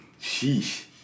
sheesh